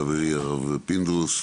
חברי הרב פינדרוס,